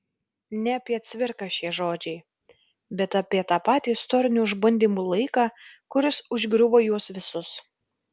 ne apie cvirką šie žodžiai bet apie tą patį istorinių išbandymų laiką kuris užgriuvo juos visus